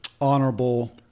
honorable